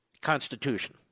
Constitution